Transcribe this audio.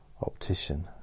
optician